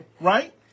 right